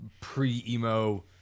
pre-emo